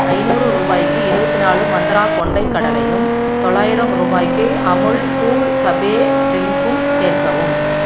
ஐந்நூறு ருபாய்க்கு இருபத்தி நாலு மந்திரா கொண்டைக் கடலையும் தொள்ளாயிரம் ருபாய்க்கு அமுல் கூல் கபே ட்ரிங்கும் சேர்க்கவும்